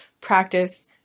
practice